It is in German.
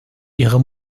ihrer